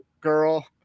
girl